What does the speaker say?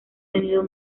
tenido